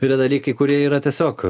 yra dalykai kurie yra tiesiog